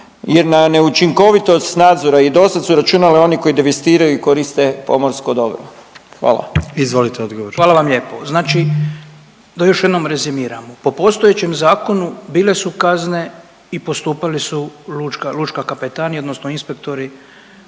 jer na neučinkovitost nadzora i do sad su računali oni koji devastiraju i koriste pomorsko dobro. Hvala. **Jandroković, Gordan (HDZ)** Izvolite odgovor. **Butković, Oleg (HDZ)** Hvala vam lijepo. Znači da još jednom rezimiramo, po postojećem zakonu bile su kazne i postupali su lučka kapetanija odnosno inspektori